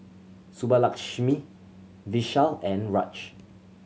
Subbulakshmi Vishal and Raj